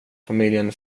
familjen